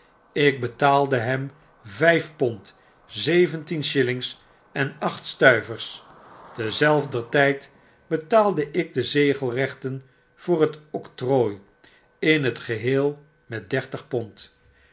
ik betaalde hem vyf pond zeventien shillings en acht stuivers terzelfder tyd betaalde ik de zegelrechten voor het octrooi in t geheel met dertig pond